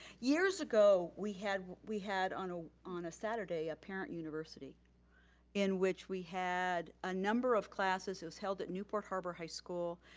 years ago, we had we had on ah on a saturday a parent university in which we had a number of classes. it was held at newport harbor high school.